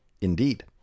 Indeed